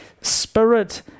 Spirit